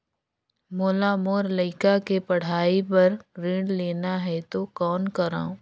मोला मोर लइका के पढ़ाई बर ऋण लेना है तो कौन करव?